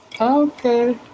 Okay